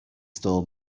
store